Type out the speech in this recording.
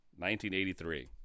1983